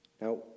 Now